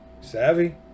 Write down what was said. Savvy